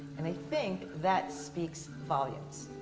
and i think that speaks volumes.